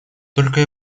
только